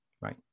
right